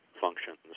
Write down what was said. functions